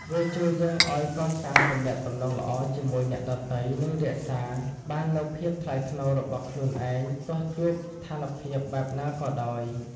វាជួយយើងឱ្យកសាងទំនាក់ទំនងល្អជាមួយអ្នកដទៃ និងរក្សាបាននូវភាពថ្លៃថ្នូររបស់ខ្លួនឯង ទោះជួបស្ថានភាពបែបណាក៏ដោយ។